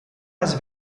has